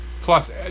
Plus